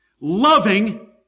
Loving